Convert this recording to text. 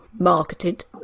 marketed